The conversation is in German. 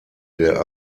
der